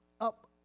up